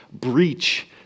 breach